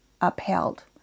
upheld